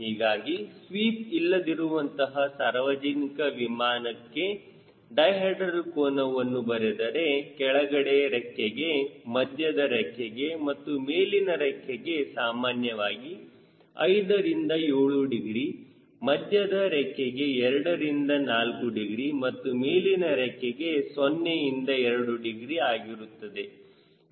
ಹೀಗಾಗಿ ಸ್ವೀಪ್ ಇಲ್ಲದಿರುವಂತಹ ಸಾರ್ವಜನಿಕ ವಿಮಾನಕ್ಕೆ ಡೈಹೆಡ್ರಲ್ ಕೋನವನ್ನು ಬರೆದರೆ ಕೆಳಗಡೆ ರೆಕ್ಕೆಗೆ ಮಧ್ಯದ ರೆಕ್ಕೆಗೆ ಮತ್ತು ಮೇಲಿನ ರೆಕ್ಕೆಗೆ ಸಾಮಾನ್ಯವಾಗಿ 5 ರಿಂದ 7 ಡಿಗ್ರಿ ಮಧ್ಯದ ರೆಕ್ಕೆಗೆ 2 ರಿಂದ 4 ಡಿಗ್ರಿ ಮತ್ತು ಮೇಲಿನ ರೇಖೆಗೆ 0 ಇಂದ 2 ಡಿಗ್ರಿ ಆಗಿರುತ್ತದೆ